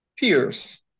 peers